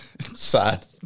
sad